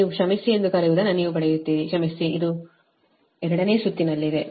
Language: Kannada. ಆದ್ದರಿಂದ ನೀವು ಕ್ಷಮಿಸಿ ಎಂದು ಕರೆಯುವದನ್ನು ನೀವು ಪಡೆಯುತ್ತೀರಿ ಕ್ಷಮಿಸಿ ಇಲ್ಲಿ ಇದು ಎರಡನೇ ಸುತ್ತಿನಲ್ಲಿದೆ